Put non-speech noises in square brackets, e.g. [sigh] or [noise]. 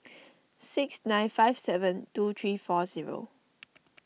six nine five seven two three four zero [noise]